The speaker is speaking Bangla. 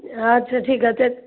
আচ্ছা ঠিক আছে